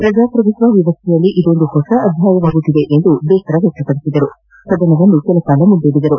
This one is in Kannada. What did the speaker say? ಪ್ರಜಾಪ್ರಭುತ್ವ ವ್ಯವಸ್ದೆಯಲ್ಲಿ ಇದೊಂದು ಹೊಸ ಅಧ್ಯಾಯವಾಗುತ್ತಿದೆ ಎಂದು ಬೇಸರ ವ್ಯಕ್ತಪದಿಸಿ ಸದನವನ್ನು ಕೆಲ ಕಾಲ ಮುಂದೂಡಿದರು